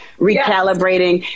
recalibrating